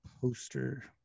poster